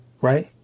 right